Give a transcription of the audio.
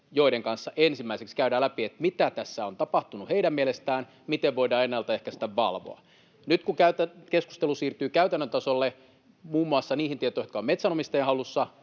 joiden kanssa ensimmäiseksi käydään läpi, mitä tässä on tapahtunut heidän mielestään, miten voidaan ennaltaehkäistä, valvoa. Nyt, kun keskustelu siirtyy käytännön tasolle, muun muassa niihin tietoihin, jotka ovat metsänomistajan hallussa,